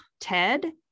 Ted